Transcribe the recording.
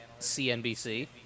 CNBC